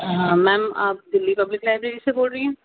ہاں میم آپ Delhi public library سے بول رہی ہیں